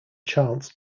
chants